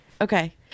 Okay